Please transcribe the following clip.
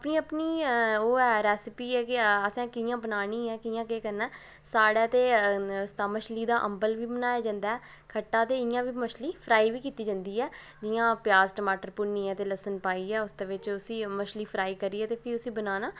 अपनी अपनी ओह् ऐ रेसिपी ऐ असें कि'यां बनानी ऐ केह करना ऐ साढ़े ते मछली दा अम्बल बी बनाया जंदा ऐ खट्टा ते इ'यां बी मछली फ्राई बी कित्ती जंदी ऐ जि'यां प्याज ते टमाटर भुन्नियै ते लहसन पाइयै उसदे च उसी मछली फ्राई करियै बनाना